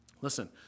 listen